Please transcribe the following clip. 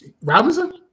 Robinson